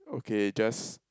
okay just